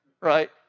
right